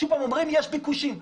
אומרים שיש ביקושים.